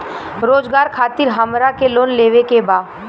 रोजगार खातीर हमरा के लोन लेवे के बा?